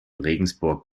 regensburg